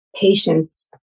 Patience